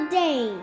day